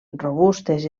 robustes